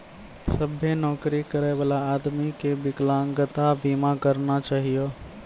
सभ्भे नौकरी करै बला आदमी के बिकलांगता बीमा करना चाहियो